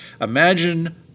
imagine